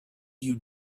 you